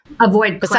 Avoid